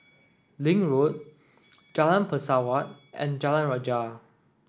Link Road Jalan Pesawat and Jalan Rajah